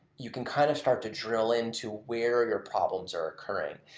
you can kind of start to drill in to where your problems are occurring.